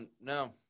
no